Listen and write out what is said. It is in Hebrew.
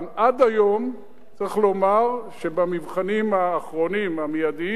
עד היום, צריך לומר שבמבחנים האחרונים, המיידיים,